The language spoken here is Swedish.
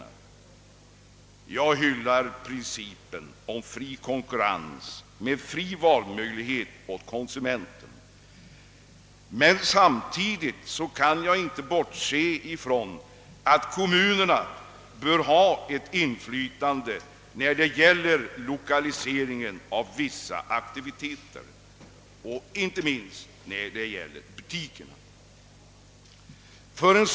Jag hyllar principen om fri konkurrens med fri valmöjlighet för konsumenten. Men jag kan å ahdra sidan inte bortse från att kommunerna bör ha ett inflytande när det gäller 1okaliseringen av vissa aktiviteter, inte minst när det gäller butiker.